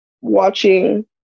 Watching